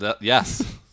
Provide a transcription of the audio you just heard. Yes